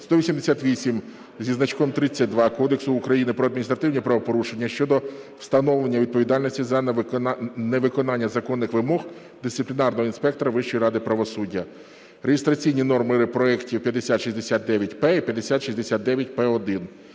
188-32 Кодексу України про адміністративні правопорушення щодо встановлення відповідальності за невиконання законних вимог дисциплінарного інспектора Вищої ради правосуддя (реєстраційні номери проектів 5069-П і 5069-П1).